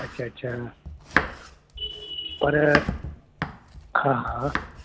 अच्छा अच्छा पर हा हा